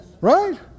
Right